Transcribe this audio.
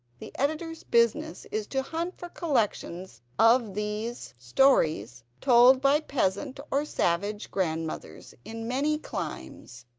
the editor's business is to hunt for collections of these stories told by peasant or savage grandmothers in many climes,